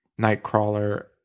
Nightcrawler